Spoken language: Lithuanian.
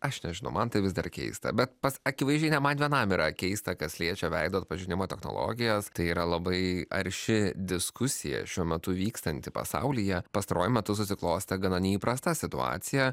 aš nežinau man tai vis dar keista bet pas akivaizdžiai ne man vienam yra keista kas liečia veido atpažinimo technologijas tai yra labai arši diskusija šiuo metu vykstanti pasaulyje pastaruoju metu susiklostė gana neįprasta situacija